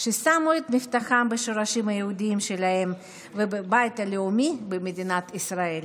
ששמו את מבטחם בשורשים היהודיים שלהם ובבית הלאומי במדינת ישראל.